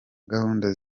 gahunda